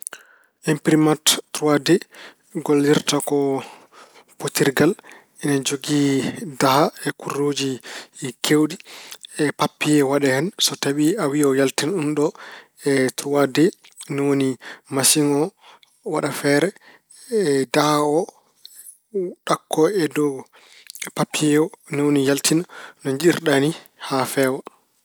Empirimat 3D ko gollirta ko potirngal, ina jogii daha e kuleeruuji keewɗi, pappiye waɗee hen. So tawi a wiy yaltin unɗoo e 3D ni woni masiŋ o waɗa feere daha o ɗakko e dow pappiye o, ni woni yaltina no njiɗirɗa ni haa feewa.